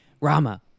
Rama